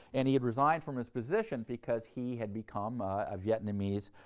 and he had resigned from his position because he had become a vietnamese